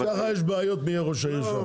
גם ככה יש בעיות מי יהיה ראש העיר שלך,